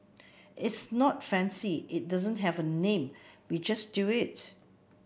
it's not fancy it doesn't have a name we just do it